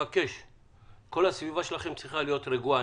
כל הסביבה שלכם צריכה להיות רגועה.